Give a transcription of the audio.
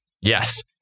Yes